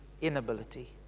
inability